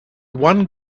one